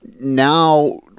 Now